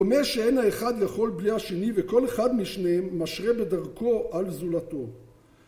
הוא אומר שאין האחד יכול בלי השני, וכל אחד משניהם משרה בדרכו על זולתו.